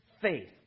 faith